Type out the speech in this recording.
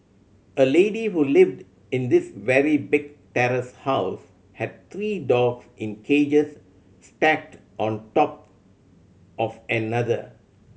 a lady who lived in this very big terrace house had three dogs in cages stacked on top of another